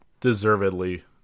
deservedly